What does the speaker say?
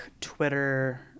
Twitter